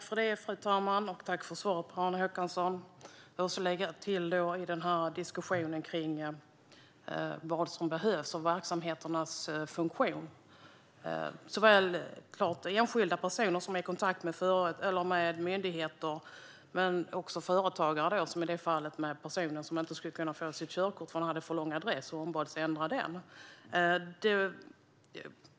Fru talman! Tack för svaret, Per-Arne Håkansson! Jag vill lägga till något i diskussionen om vad som behövs och om verksamheternas funktion både när det gäller enskilda personer som har kontakt med myndigheter och när det gäller företagare. Vi har till exempel fallet med den person som inte kunde få sitt körkort därför att hon hade för lång adress och som ombads att ändra den.